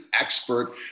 expert